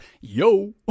yo